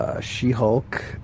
She-Hulk